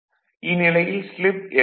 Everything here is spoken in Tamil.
இந்நிலையில் ஸ்லிப் s 1